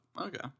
okay